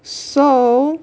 so